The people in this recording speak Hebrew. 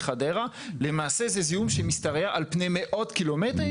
חדרה אלא למעשה זה זיהום שמשתרע על פני מאות קילומטרים.